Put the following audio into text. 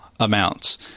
amounts